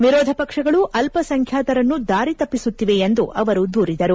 ವಿರೋಧ ಪಕ್ಷಗಳು ಅಲ್ಲಸಂಖ್ಯಾತರನ್ನು ದಾರಿ ತಪ್ಪಿಸುತ್ತಿದೆ ಎಂದು ಅವರು ದೂರಿದರು